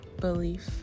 belief